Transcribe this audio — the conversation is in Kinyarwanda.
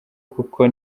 kuko